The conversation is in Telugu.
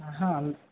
అహ అంత